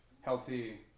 healthy